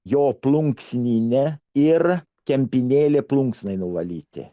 jo plunksnine ir kempinėlė plunksnai nuvalyti